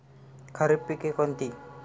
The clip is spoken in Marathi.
खरीप पिके कोणती?